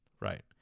right